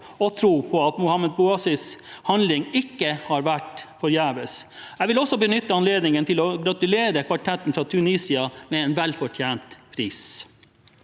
og tro på at Mohamed Bouazizis handling ikke har vært forgjeves. Jeg vil også benytte anledningen til å gratulere kvartetten fra Tunisia med en velfortjent pris.